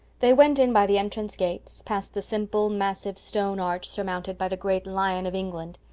they went in by the entrance gates, past the simple, massive, stone arch surmounted by the great lion of england.